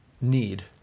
need